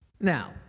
Now